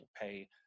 pay